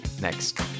next